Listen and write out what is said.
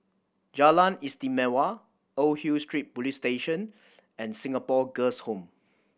Jalan Istimewa Old Hill Street Police Station and Singapore Girls' Home